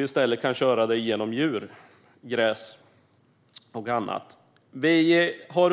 I stället kan vi köra gräs och annat genom djur.